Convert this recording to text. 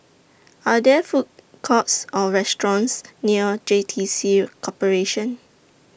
Are There Food Courts Or restaurants near J T C Corporation